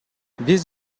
биз